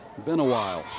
been a while.